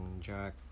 Jack